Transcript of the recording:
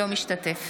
אינו משתתף